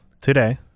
today